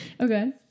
okay